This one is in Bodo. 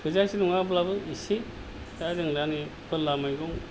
थोजासे नङाब्लाबो एसे दा जों दा नै फोरला मैगं